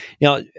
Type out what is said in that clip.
Now